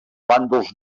bàndols